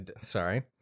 Sorry